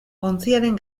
ontziaren